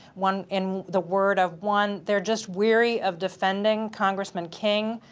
one in the word of one, they're just weary of defending congressman king.